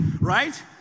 right